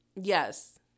Yes